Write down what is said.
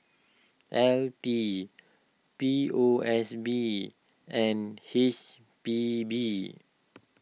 L T P O S B and H P B